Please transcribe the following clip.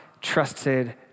trusted